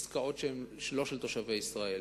לגבי עסקאות שהן לא של תושבי ישראל